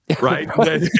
right